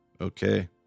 okay